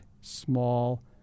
small